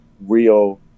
real